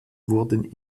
wurden